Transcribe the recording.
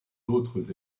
d’autres